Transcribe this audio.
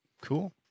Cool